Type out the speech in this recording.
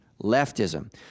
Leftism